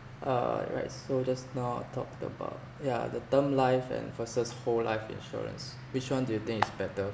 uh right so just now I talked about yeah the term life and versus whole life insurance which one do you think is better